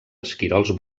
esquirols